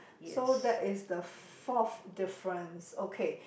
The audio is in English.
so that is the fourth difference okay